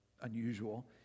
unusual